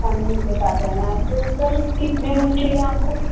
family के साथ रहना है तो सर कितने रूम चाहिए आपको